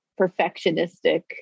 perfectionistic